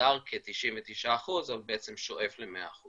מוגדר כ-99%, אבל בעצם שואף ל-100%.